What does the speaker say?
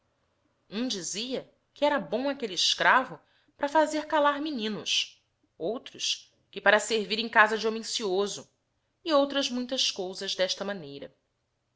hum dizia que era bom aquelle escravo para fazer callar meninos outros que para servir em casa de homem cioso e outras muitas cousas desta maneira